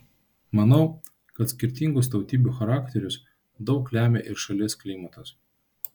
manau kad skirtingus tautybių charakterius daug lemia ir šalies klimatas